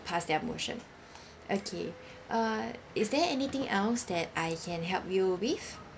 pass their motion okay uh is there anything else that I can help you with